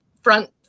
front